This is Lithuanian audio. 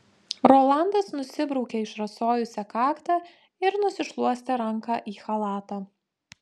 rolandas nusibraukė išrasojusią kaktą ir nusišluostė ranką į chalatą